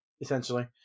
essentially